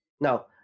Now